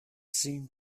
seemed